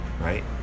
right